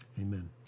amen